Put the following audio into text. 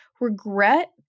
regret